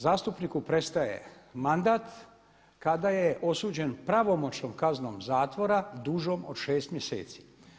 Zastupniku prestaje mandat kada je osuđen pravomoćnom kaznom zatvora dužom od 6 mjeseci.